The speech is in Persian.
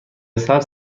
سبز